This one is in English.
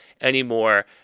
anymore